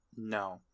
No